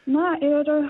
na ir